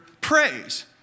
praise